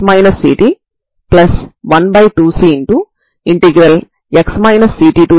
కాబట్టి వాస్తవానికి మీ డొమైన్ a నుండి b వరకు వున్న అనంతమైన స్ట్రిప్ t డొమైన్ లో ఉంటుంది